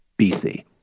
BC